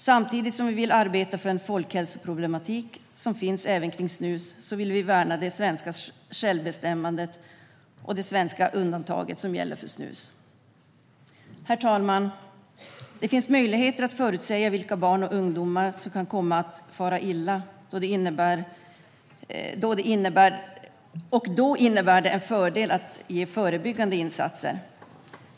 Samtidigt som vi vill arbeta mot en folkhälsoproblematik som finns även kring snus vill vi värna det svenska självbestämmandet och det svenska undantaget som gäller för snus. Herr talman! Det finns möjligheter att förutsäga vilka barn och ungdomar som kan komma att fara illa, och då innebär det en fördel att ge förebyggande insatser.